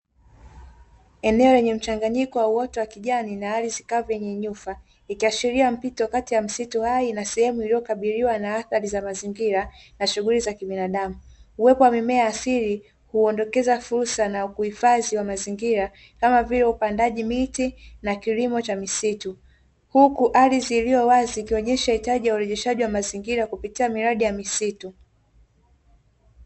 Eneo lenye mchanganyiko wa uoto wa kijani na ardhi kavu yenye nyufa, ikiashiria mpito kati ya msitu hai na sehemu iliyokaribiwa na athari za mazingira na shughuli za kibinadamu. Uwepo wa mimea ya asili huondokeza fursa na kuhifadhi wa mazingira kama vile upandaji miti na kilimo cha misitu, huku ardhi iliyo wazi ikionyesha hitaji la urejeshaji wa mazingira kupitia miradi ya misitu.